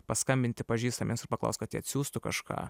paskambinti pažįstamiems ir paklaust kad jie atsiųstų kažką